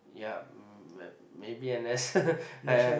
yup mm maybe n_s